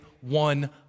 one